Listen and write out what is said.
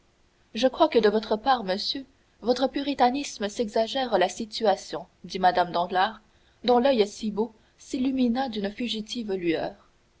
je crois que de votre part monsieur votre puritanisme s'exagère la situation dit mme danglars dont l'oeil si beau s'illumina d'une fugitive lueur